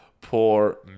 poor